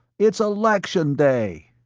it's election day.